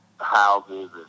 houses